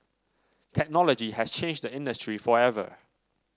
technology has changed the industry forever